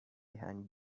behind